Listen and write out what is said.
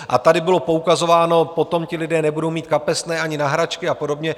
A tady bylo poukazováno: potom ti lidé nebudou mít kapesné ani na hračky a podobně.